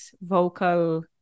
vocal